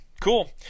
cool